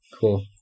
Cool